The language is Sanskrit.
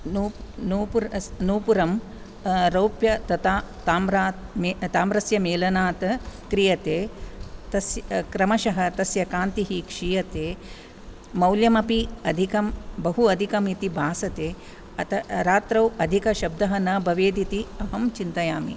नूपु नूपुस् नूपुरं रौप्य तथा ताम्रात् ताम्रस्य मेलनात् क्रियते तस् क्रमशः तस्य कान्तिः क्षीयते मौल्यमपि अधिकं बहु अधिमिति भासते रात्रौ अधिकशब्दः न भवेदिति अहं चिन्तयामि